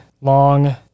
Long